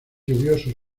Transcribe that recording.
lluviosos